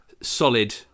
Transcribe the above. solid